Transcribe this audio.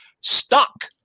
stuck